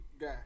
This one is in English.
guy